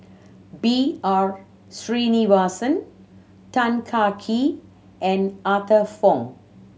B R Sreenivasan Tan Kah Kee and Arthur Fong